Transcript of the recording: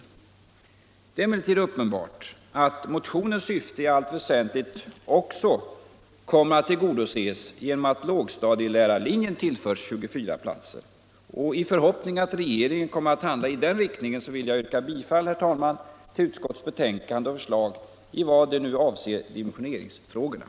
Det är emellertid uppenbart att motionens syfte i allt väsentligt också skulle till 299 I förhoppningen att regeringen kommer att handla i den riktningen vill jag yrka bifall till utskottets förslag i vad det avser dimensioneringsfrågorna.